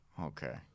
Okay